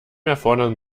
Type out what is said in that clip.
erfordern